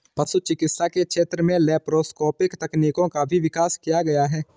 पशु चिकित्सा के क्षेत्र में लैप्रोस्कोपिक तकनीकों का भी विकास किया गया है